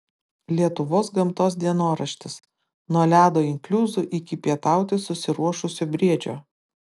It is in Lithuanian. lietuvos gamtos dienoraštis nuo ledo inkliuzų iki pietauti susiruošusio briedžio